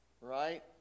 right